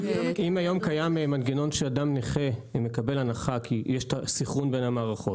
אם היום קיים מנגנון שאדם נכה מקבל הנחה כי יש סנכרון בין המערכות,